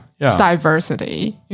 diversity